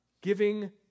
giving